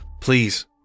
Please